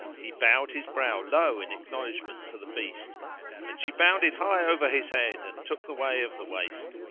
he bowed his brow low in acknowledgment to the beast when she bounded high over his head and took the way of the waste.